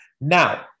now